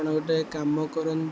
ଆପଣ ଗୋଟେ କାମ କର